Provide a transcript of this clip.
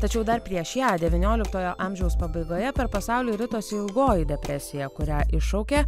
tačiau dar prieš ją devynioliktojo amžiaus pabaigoje per pasaulį ritosi ilgoji depresija kurią iššaukė